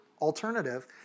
alternative